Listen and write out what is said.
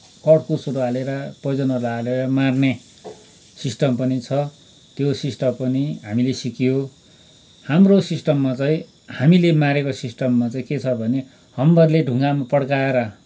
कड्कुसहरू हालेर पोइजनहरू हालेर मार्ने सिस्टम पनि छ त्यो सिस्टम पनि हामीले सिकियो हाम्रो सिस्टममा चाहिँ हामीले मारेको सिस्टममा चाहिँ के छ भने हम्बरले ढुङ्गामा पड्काएर